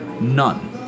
none